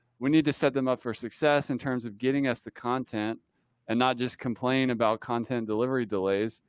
we need to set them up for success in terms of getting us the content and not just complain about content delivery delays.